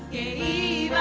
a